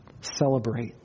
Celebrate